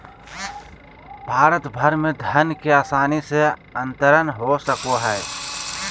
भारत भर में धन के आसानी से अंतरण हो सको हइ